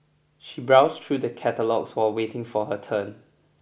she browsed through the catalogues while waiting for her turn